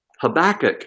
Habakkuk